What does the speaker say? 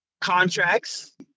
contracts